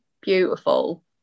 beautiful